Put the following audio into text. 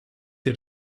der